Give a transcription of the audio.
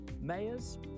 Mayors